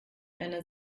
einer